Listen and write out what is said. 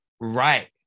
right